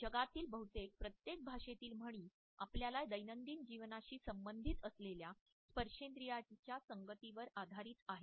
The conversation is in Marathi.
जगातील बहुतेक प्रत्येक भाषेतील म्हणी आपल्या दैनंदिन जीवनाशी संबंधित असलेल्या स्पर्शेंद्रियाच्या संगतीवर आधारित आहेत